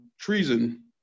Treason